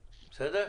בסדר?